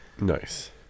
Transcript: Nice